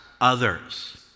others